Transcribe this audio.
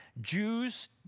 Jews